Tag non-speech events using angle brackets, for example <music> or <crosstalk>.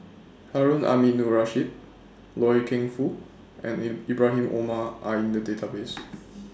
Harun Aminurrashid Loy Keng Foo and <unintelligible> Ibrahim Omar Are in The Database <noise>